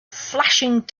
flashing